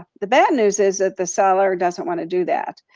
the bad news is that the seller doesn't wanna do that.